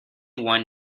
one